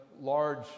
large